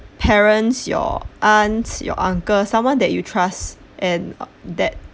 parents your aunt your uncle someone that you trust and that